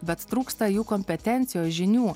bet trūksta jų kompetencijos žinių